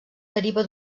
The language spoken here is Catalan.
deriva